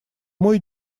мой